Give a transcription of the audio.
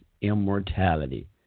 immortality